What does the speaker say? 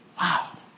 Wow